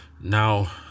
Now